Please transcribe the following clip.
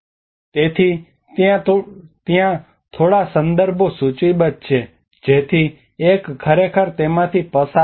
તેથી ત્યાં થોડા સંદર્ભો સૂચિબદ્ધ છે જેથી એક ખરેખર તેમાંથી પસાર થઈ શકે